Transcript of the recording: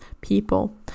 people